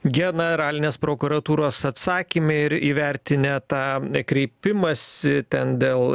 generalinės prokuratūros atsakyme ir įvertinę tą kreipimąsi ten dėl